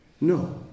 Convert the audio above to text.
No